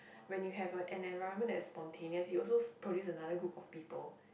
when you have a an environment that's spontaneous you also produce another group of people